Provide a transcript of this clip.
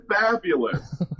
fabulous